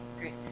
Great